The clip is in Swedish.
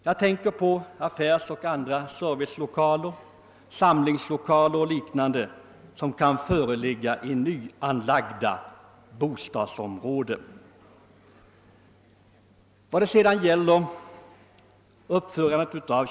Jag tänker på affärsoch servicelokaler, samlingslokaler och liknande som kan ligga i nyanlagda bostadsområden.